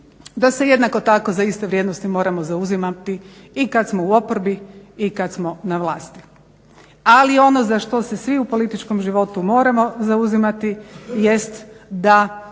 da se jednako tako za iste vrijednosti moramo zauzimati i kad smo u oporbi i kad smo na vlasti. Ali ono za što se svi u političkom životu moramo zauzimati jest da